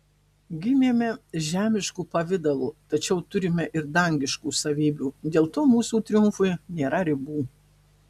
gimėme žemišku pavidalu tačiau turime ir dangiškų savybių dėl to mūsų triumfui nėra ribų